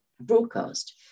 broadcast